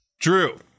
Drew